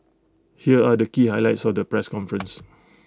here are the key highlights of the press conference